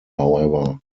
however